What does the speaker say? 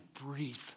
breathe